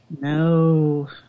No